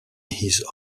his